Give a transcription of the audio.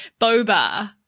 boba